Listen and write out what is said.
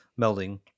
melding